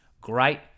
great